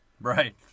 Right